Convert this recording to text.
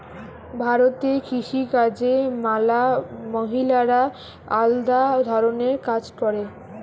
ভারতে কৃষি কাজে ম্যালা মহিলারা আলদা ধরণের কাজ করে